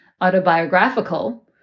autobiographical